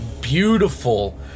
beautiful